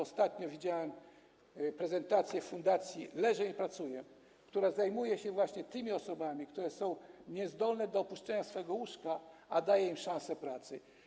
Ostatnio widziałem prezentację Fundacji Leżę i Pracuję, która zajmuje się właśnie tymi osobami, które są niezdolne do opuszczenia swojego łóżka, i daje im szansę pracy.